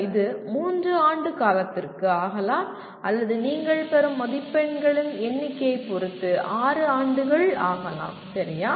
இது 3 ஆண்டு காலத்திற்கு ஆகலாம் அல்லது நீங்கள் பெறும் மதிப்பெண்களின் எண்ணிக்கையைப் பொறுத்து 6 ஆண்டுகள் ஆகலாம் சரியா